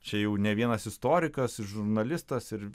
čia jau ne vienas istorikas žurnalistas ir